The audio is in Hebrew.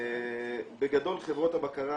בגדול חברות הבקרה